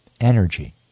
energy